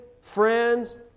friends